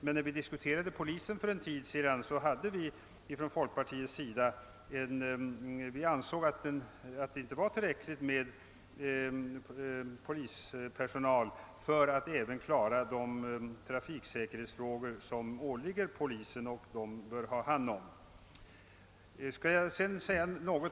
Men när vi för en tid sedan diskuterade anslagen till polisen, framförde folkpartiet åsikten att det inte fanns tillräckligt med polispersonal för att klara de trafiksäkerhetsfrågor som polisen bör ha hand om och yrkade på förstärkning.